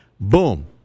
boom